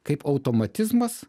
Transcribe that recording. kaip automatizmas